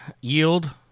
Yield